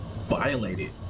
violated